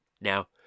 Now